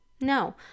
no